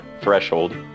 threshold